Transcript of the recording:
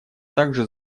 также